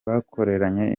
bakoranye